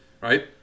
right